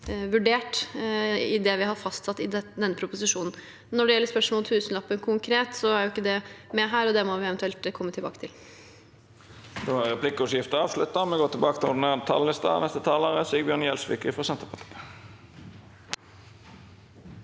vurdert i det vi har fastsatt i denne proposisjonen. Når det gjelder spørsmålet om tusenlappen konkret, er ikke det med her, så det må vi eventuelt komme tilbake til.